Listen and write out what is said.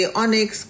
onyx